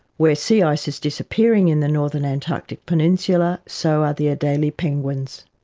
where sea ice is disappearing in the northern antarctic peninsula, so are the adelie penguins.